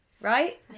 right